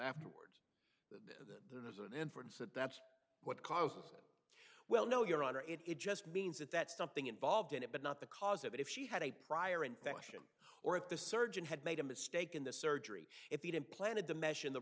that that's what causes well no your honor it it just means that that something involved in it but not the cause of it if she had a prior infection or if the surgeon had made a mistake in the surgery if they'd implanted the mesh in the